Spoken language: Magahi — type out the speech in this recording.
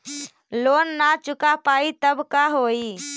लोन न चुका पाई तब का होई?